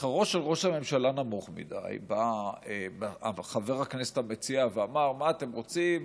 שכרו של ראש הממשלה נמוך מדי בא חבר הכנסת המציע ואמר: מה אתם רוצים?